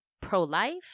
pro-life